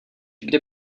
kdy